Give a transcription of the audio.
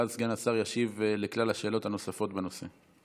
ואז סגן השר ישיב לכלל השאלות הנוספות בנושא.